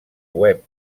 web